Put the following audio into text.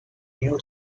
new